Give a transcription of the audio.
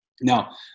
now